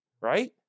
Right